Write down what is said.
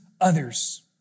others